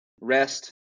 rest